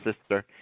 sister